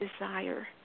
desire